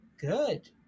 good